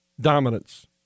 dominance